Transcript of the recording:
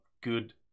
good